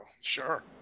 Sure